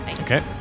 Okay